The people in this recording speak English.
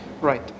Right